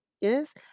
Yes